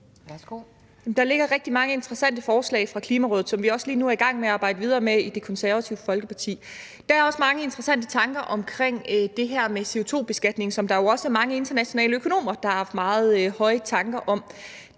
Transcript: Der ligger rigtig mange interessante forslag fra Klimarådet, som vi også lige nu er i gang med at arbejde videre med i Det Konservative Folkeparti. Der er også mange interessante tanker omkring det her med CO₂-beskatning, som der jo også er mange internationale økonomer der har haft meget høje tanker om.